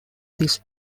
this